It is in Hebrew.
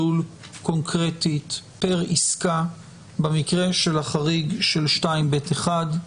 קונקרטית פר עסקה במקרה של החריג של 2ב(1).